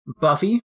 Buffy